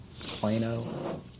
Plano